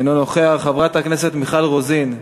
אינו נוכח, חברת הכנסת מיכל רוזין,